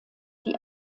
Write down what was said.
die